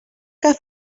que